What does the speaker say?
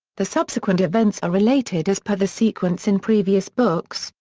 the subsequent events are related as per the sequence in previous books,